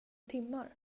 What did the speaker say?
timmar